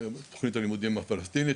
תכנית הלימודים הפלסטינית,